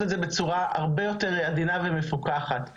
את זה בצורה הרבה יותר עדינה ומפוקחת.